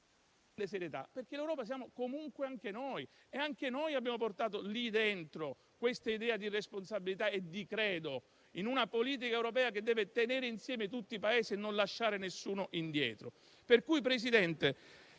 perché l'Europa siamo anche noi e anche noi abbiamo portato lì dentro quest'idea di responsabilità e di credo in una politica europea che deve tenere insieme tutti i Paesi e non lasciare nessuno indietro.